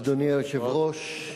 אדוני היושב-ראש,